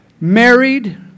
married